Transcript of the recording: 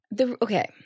Okay